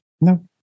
No